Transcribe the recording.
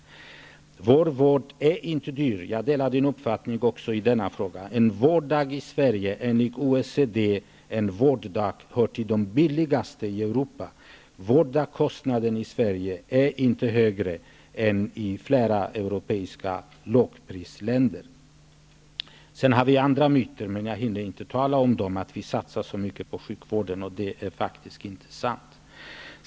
Vår vård är inte dyr. Jag delar Bo Holmbergs uppfattning också på den punkten. En vårddag i Sverige hör enligt OECD till de billigaste i Europa. Vårddagskostnaden i Sverige är inte högre än i flera europeiska lågprisländer. Sedan har vi andra myter, men jag hinner inte tala om dem. Det sägs att vi satsar så mycket på sjukvården, men det är faktiskt inte sant.